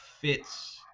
fits